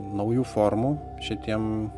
naujų formų šitiem